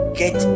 get